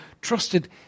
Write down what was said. trusted